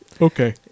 Okay